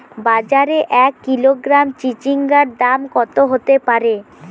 বাজারে এক কিলোগ্রাম চিচিঙ্গার দাম কত হতে পারে?